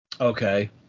Okay